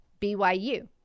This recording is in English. BYU